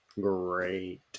great